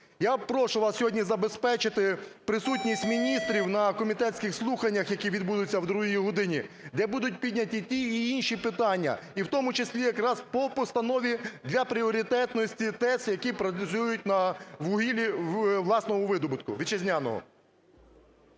Я прошу вас сьогодні забезпечити присутність міністрів на комітетських слуханнях, які відбудуться о другій годині, де будуть підняті ті і інші питання, і в тому числі якраз по постанові для пріоритетності ТЕС, які працюють на вугіллі власного видобутку, вітчизняного.